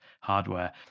hardware